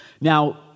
Now